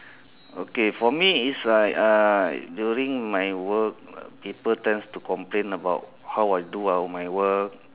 okay for me is like uh during my work people tends to complain about how I do up my work